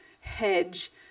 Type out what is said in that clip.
hedge